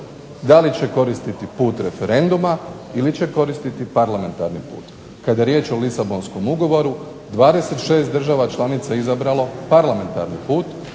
da li će koristiti put referenduma ili će koristiti parlamentarni put. Kada je riječ o Lisabonskom ugovoru 26 država članica je izabralo parlamentarni put.